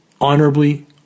honorably